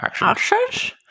actions